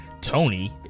Tony